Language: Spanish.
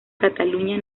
cataluña